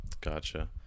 Gotcha